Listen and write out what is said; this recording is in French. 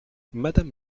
madame